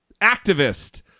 activist